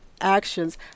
actions